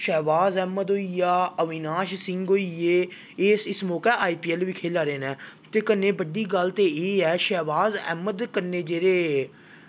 शैह्बाज़ ऐह्मद होई गेआ अविनाश सिंह होई गे एह् इस मौकै आई पी ऐल्ल खेला दे न ते कन्नै बड्डी गल्ल एह् ऐ शैह्बाज़ ऐह्मद कन्नै जेह्ड़े